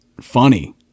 funny